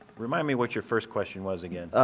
remind me what your first question was again?